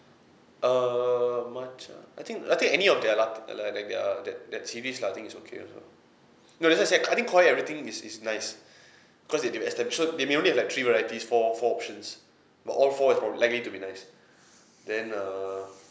err matcha I think I think any of their lat~ uh like like their that that series lah I think is okay also no that's why I say I think koi everything is is nice because they've been established so they may only have three varieties four four options but all four is probably likely to be nice then err